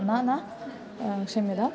माना क्षम्यतां